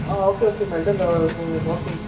आं okay okay मेळटलें हय हूं ओके